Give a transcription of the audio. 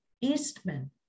Eastman